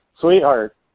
sweetheart